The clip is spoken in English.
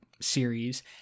series